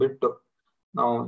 now